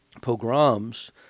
pogroms